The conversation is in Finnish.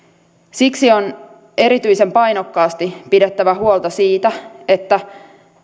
siksi on erityisen painokkaasti pidettävä huolta siitä että